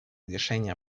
решения